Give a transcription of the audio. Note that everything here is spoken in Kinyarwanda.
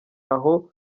aho